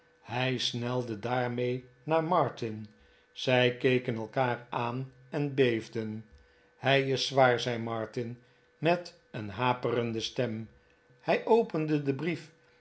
hij snelde daarmee naar martin zij keken elkaar aan en beefden hij is zwaar zei martin met een haperende stem hij opende den brief